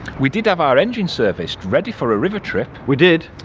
we did have our engine serviced ready for a river trip. we did.